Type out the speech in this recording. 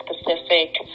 specific